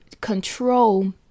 control